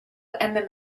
and